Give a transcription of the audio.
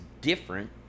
different